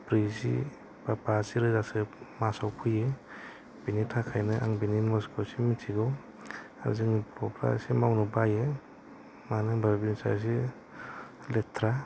ब्रैजि बा बाजि रोजासो मासआव फैयो बिनि थाखैनो आं बिनि थाखैनो आं बेनि महसखौ एसे मिनथिगौ आरो जोंनि बर'फ्रा एसे मावनो बायो माननो होनोबा बे जिनिसा एसे लेथ्रा